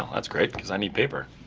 um that's great, cause i need paper.